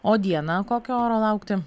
o dieną kokio oro laukti